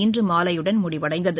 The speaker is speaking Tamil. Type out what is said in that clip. இன்றுமாலையுடன் முடிவடைந்தது